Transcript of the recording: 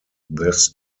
this